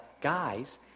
guys